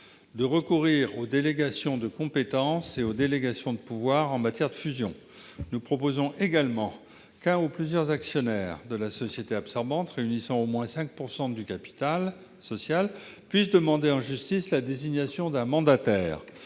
de recourir aux délégations de compétences et aux délégations de pouvoir en matière de fusion. Nous proposons également qu'un ou plusieurs actionnaires de la société absorbante réunissant au moins 5 % du capital social puissent demander en justice la désignation d'un mandataire